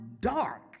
dark